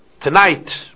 Tonight